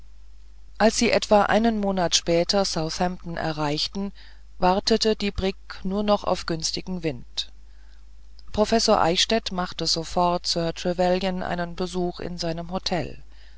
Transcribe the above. als sie etwa einen monat später southampton erreichten wartete die brigg nur noch auf günstigen wind professor eichstädt machte sofort sir trevelyan einen besuch in seinem hotel